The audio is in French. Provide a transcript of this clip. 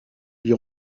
lui